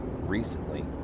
recently